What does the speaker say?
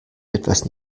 etwas